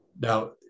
Now